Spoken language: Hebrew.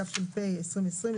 תש"פ-2020,